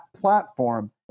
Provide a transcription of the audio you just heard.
platform